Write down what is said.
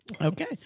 Okay